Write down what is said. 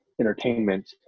entertainment